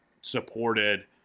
supported